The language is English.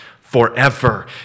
forever